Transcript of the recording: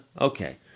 okay